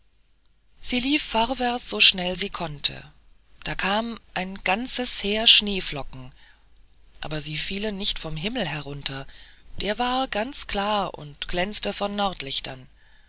sie lief vorwärts so schnell sie konnte da kam ein ganzes heer schneeflocken aber sie fielen nicht vom himmel herunter der war ganz klar und glänzte von nordlichtern